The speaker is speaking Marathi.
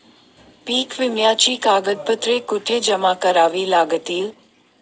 पीक विम्याची कागदपत्रे कुठे जमा करावी लागतील?